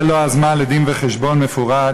זה לא הזמן לדין-וחשבון מפורט.